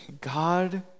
God